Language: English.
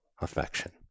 affection